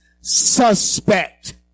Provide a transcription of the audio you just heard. suspect